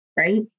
right